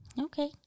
Okay